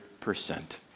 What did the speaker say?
percent